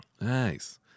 Nice